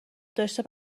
داشته